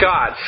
God